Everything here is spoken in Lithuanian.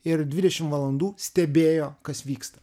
ir dvidešim valandų stebėjo kas vyksta